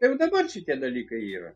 ir dabar šitie dalykai yra